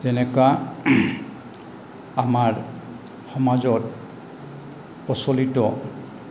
যেনেকৈ আমাৰ সমাজত প্ৰচলিত